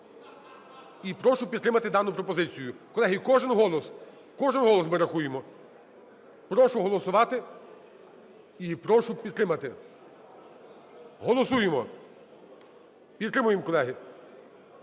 і прошу підтримати дану пропозицію. Колеги, кожен голос, кожен голос ми рахуємо. Прошу голосувати і прошу підтримати. Голосуємо. Підтримуємо, колеги.